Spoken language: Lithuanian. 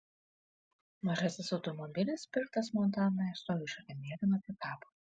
mažasis automobilis pirktas montanoje stovi šalia mėlyno pikapo